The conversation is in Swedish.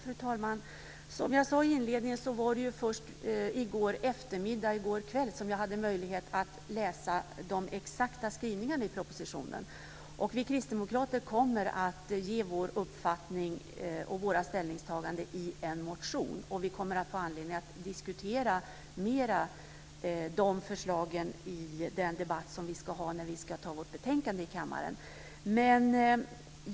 Fru talman! Jag sade i inledningen att det var först i går eftermiddag och kväll som jag hade möjlighet att läsa de exakta skrivningarna i propositionen. Vi kristdemokrater kommer att lägga fram vår uppfattning och våra ställningstaganden i en motion. Vi kommer att få anledning att diskutera de förslagen i den debatt vi ska ha när betänkandet ska antas i kammaren.